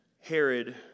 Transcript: Herod